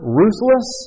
ruthless